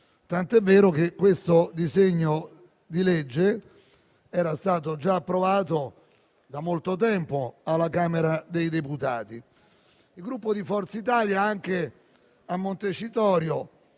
tant'è che questo disegno di legge era stato approvato già da molto tempo alla Camera dei deputati. Il Gruppo Forza Italia anche a Montecitorio